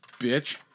Bitch